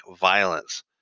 violence